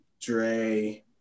Dre